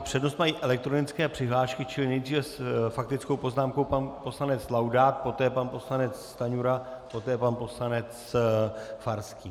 Přednost mají elektronické přihlášky, čili nejdříve s faktickou poznámkou pan poslanec Laudát, poté pan poslanec Stanjura, poté pan poslanec Farský.